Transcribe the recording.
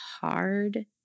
hard